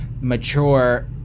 mature